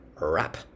wrap